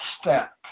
step